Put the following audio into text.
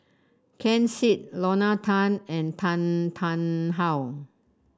Ken Seet Lorna Tan and Tan Tarn How